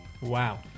Wow